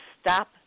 stop